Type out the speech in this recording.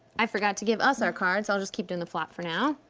i forgot to give us our cards. i'll just keep doing the flop for now.